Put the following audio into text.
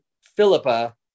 Philippa